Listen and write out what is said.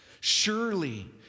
surely